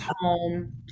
home